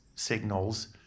signals